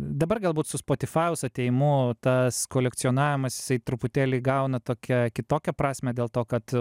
dabar galbūt su spotify atėjimu tas kolekcionavimas jisai truputėlį įgauna tokią kitokią prasmę dėl to kad